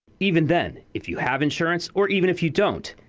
even then if you have insurance, or even if you don't,